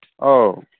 ꯑꯧ